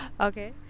okay